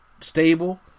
stable